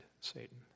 Satan